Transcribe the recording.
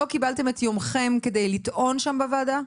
לא קיבלתם את יומכם כדי לטעון שם בוועדה?